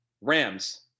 Rams